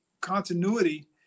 continuity